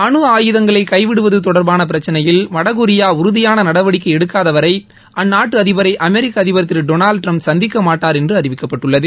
அனு ஆயுதங்களை கைவிடுவது தொடர்பான பிரச்சினையில் வடகொரியா உறதியான நடவடிக்கை எடுக்காதவரை அந்நாட்டு அதிபரை அமெரிக்க அதிபர் திரு டொளால்டு டிரம்ப் சந்திக்க மாட்டார் என்று அறிவிக்கப்பட்டுள்ளது